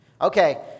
Okay